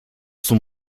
son